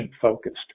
focused